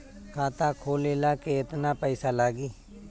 खाता खोले ला केतना पइसा लागी?